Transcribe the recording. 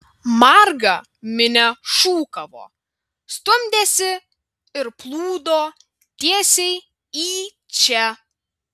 marga minia šūkavo stumdėsi ir plūdo tiesiai į čia